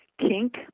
kink